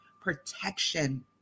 protection